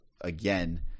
again